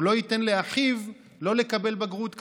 הוא לא ייתן לאחיו לא לקבל בגרות כמוהו.